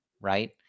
Right